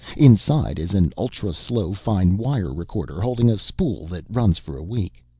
inside is an ultra-slow fine-wire recorder holding a spool that runs for a week.